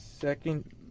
second